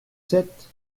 sept